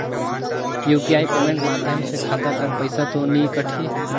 UPI payment माध्यम से खाता कर पइसा तो नी कटही?